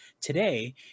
Today